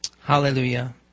Hallelujah